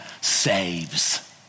saves